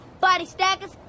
body-stackers